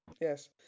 Yes